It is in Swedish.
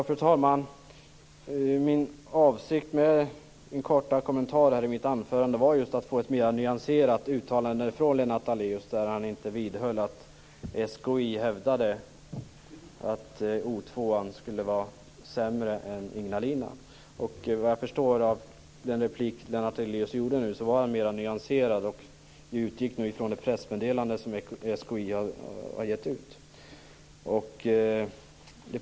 Fru talman! Min avsikt med min korta kommentar i mitt anförande var just att få ett mer nyanserat uttalande från Lennart Daléus, där han inte vidhöll att SKI hävdade att Oskarshamn 2 skulle vara sämre än Ignalina. Såvitt jag förstår av Lennart Daléus replik var han mer nyanserad och utgick nog från det pressmeddelande som SKI har sänt ut.